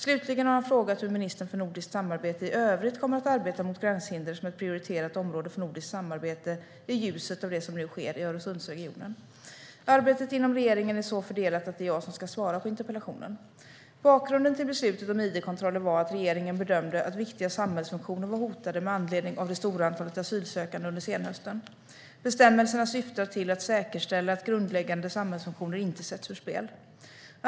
Slutligen har han frågat hur ministern för nordiskt samarbete i övrigt kommer att arbeta mot gränshinder som ett prioriterat område för nordiskt samarbete i ljuset av det som nu sker i Öresundsregionen. Arbetet inom regeringen är så fördelat att det är jag som ska svara på interpellationen. Bakgrunden till beslutet om id-kontroller var att regeringen bedömde att viktiga samhällsfunktioner var hotade med anledning av det stora antalet asylsökande under senhösten. Bestämmelserna syftar till att säkerställa att grundläggande samhällsfunktioner inte sätts ur spel.